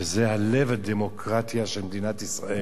שזה לב הדמוקרטיה של מדינת ישראל.